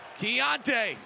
Keontae